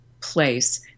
place